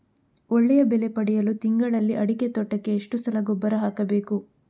ಒಳ್ಳೆಯ ಬೆಲೆ ಪಡೆಯಲು ತಿಂಗಳಲ್ಲಿ ಅಡಿಕೆ ತೋಟಕ್ಕೆ ಎಷ್ಟು ಸಲ ಗೊಬ್ಬರ ಹಾಕಬೇಕು?